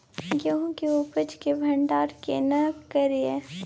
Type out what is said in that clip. गेहूं के उपज के भंडारन केना करियै?